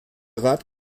rat